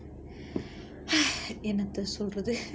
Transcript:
என்னத்த சொல்றது:ennatha solrathu